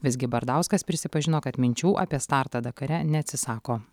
visgi bardauskas prisipažino kad minčių apie startą dakare neatsisako